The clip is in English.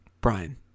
Brian